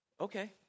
okay